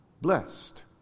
blessed